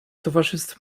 towarzystw